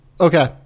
okay